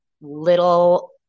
little